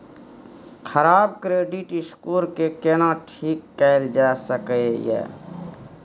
खराब credit score के केना ठीक कैल जा सकै ये?